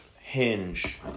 hinge